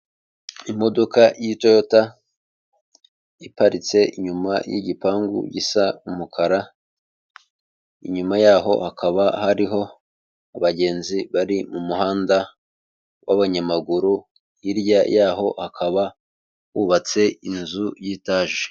Imodoka y'itoyota, iparitse inyuma y'igipangu gisa umukara, inyuma yaho hakaba hariho abagenzi bari mu muhanda w'abanyamaguru, hirya yaho hakaba hubatse inzu y'itaje.